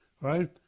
right